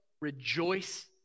rejoice